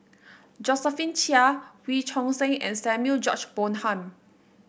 Josephine Chia Wee Choon Seng and Samuel George Bonham